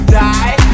die